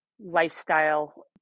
lifestyle